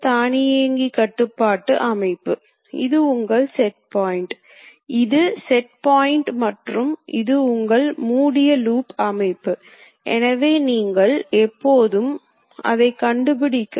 மீண்டும் ஒரு வலது கை முறையை எடுத்துக் கொண்டு இதைச் சுற்றி உங்கள் விரல்களைச் சுருட்டினால் கட்டைவிரல் நேர்மறை Z அச்சை நோக்கி சுட்டிக்காட்டும்